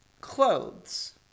clothes